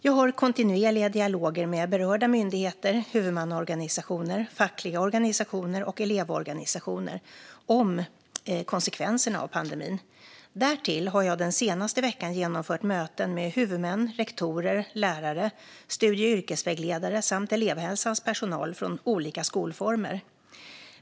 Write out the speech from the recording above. Jag har kontinuerliga dialoger med berörda myndigheter, huvudmannaorganisationer, fackliga organisationer och elevorganisationer om konsekvenserna av pandemin. Därtill har jag den senaste veckan genomfört möten med huvudmän, rektorer, lärare, studie och yrkesvägledare samt elevhälsans personal från olika skolformer.